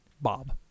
Bob